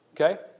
Okay